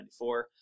1994